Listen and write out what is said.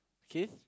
okay